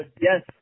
Yes